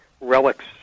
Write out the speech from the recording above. relics